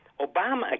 Obama